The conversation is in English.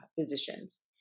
physicians